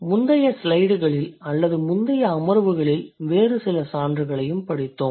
முந்தைய ஸ்லைடுகளில் அல்லது முந்தைய அமர்வுகளில் வேறு சில சான்றுகளையும் படித்தோம்